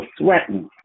threatened